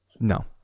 No